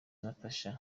natacha